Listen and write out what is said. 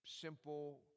simple